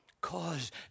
cause